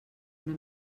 una